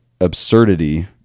absurdity—